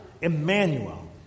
Emmanuel